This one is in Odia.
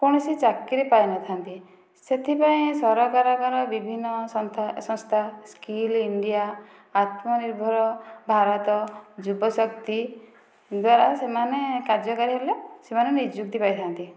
କୌଣସି ଚାକିରି ପାଇନଥାନ୍ତି ସେଥିପାଇଁ ସରକାରଙ୍କର ବିଭିନ୍ନ ସନ୍ଥା ସଂସ୍ଥା ସ୍କିଲ୍ ଇଣ୍ଡିଆ ଆତ୍ମନିର୍ଭର ଭାରତ ଯୁବ ଶକ୍ତି ଦ୍ଵାରା ସେମାନେ କାର୍ଯ୍ୟକାରୀ ହେଲେ ସେମାନେ ନିଯୁକ୍ତି ପାଇଥାନ୍ତି